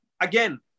again